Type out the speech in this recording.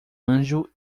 anjo